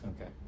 Okay